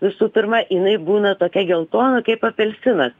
visų pirma jinai būna tokia geltona kaip apelsinas